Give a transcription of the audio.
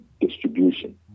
distribution